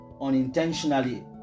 unintentionally